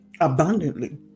abundantly